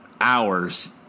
hours